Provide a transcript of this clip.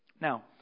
Now